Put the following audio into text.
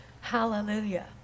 Hallelujah